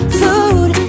food